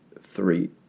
three